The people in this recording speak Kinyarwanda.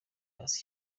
hasi